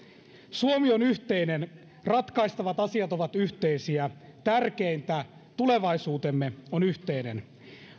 suomi on yhteinen ratkaistavat asiat ovat yhteisiä tärkeintä tulevaisuutemme on yhteinen